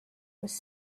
was